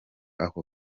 ako